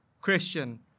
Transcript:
Christian